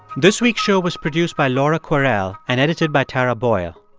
this week's show was produced by laura kwerel and edited by tara boyle.